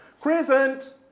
crescent